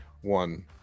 one